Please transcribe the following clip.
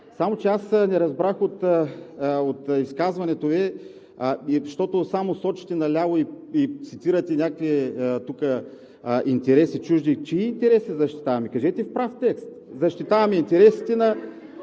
Само че аз не разбрах от изказването Ви, защото само сочите наляво и цитирате някакви чужди интереси, чии интереси защитаваме. Кажете в прав текст: защитаваме интересите на